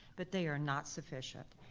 but they are not sufficient.